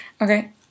Okay